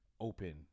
open